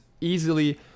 easily